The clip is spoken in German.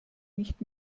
nicht